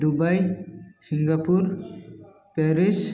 Dubai Singapore Paris